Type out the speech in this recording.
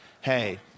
hey